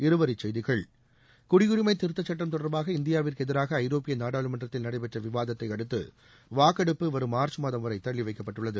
இருவரி செய்திகள் குடியுரிமை திருத்த சுட்டம் தொடர்பாக இந்தியாவிற்கு எதிராக ஐரோப்பிய நாடாளுமன்றத்தில் நடைபெற்ற விவாதத்தை அடுத்து வாக்கெடுப்பு வரும் மார்ச் மாதம் வரை தள்ளி வைக்கப்பட்டுள்ளது